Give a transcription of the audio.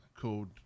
Called